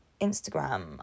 Instagram